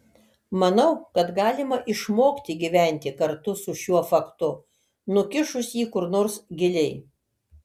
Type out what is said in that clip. manau kad galima išmokti gyventi kartu su šiuo faktu nukišus jį kur nors giliai